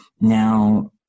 Now